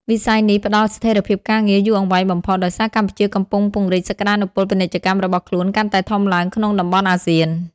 វិស័យនេះផ្តល់ស្ថិរភាពការងារយូរអង្វែងបំផុត ដោយសារកម្ពុជាកំពុងពង្រីកសក្តានុពលពាណិជ្ជកម្មរបស់ខ្លួនកាន់តែធំឡើងក្នុងតំបន់អាស៊ាន។